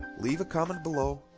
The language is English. leave a comment below,